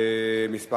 (מס'